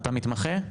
אתה מתמחה?